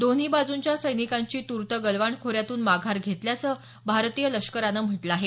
दोन्ही बाजूंच्या सैनिकांनी तूर्त गलवाण खोऱ्यातून माघार घेतल्याचं भारतीय लष्करानं म्हटलं आहे